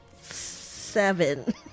Seven